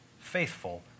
faithful